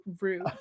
rude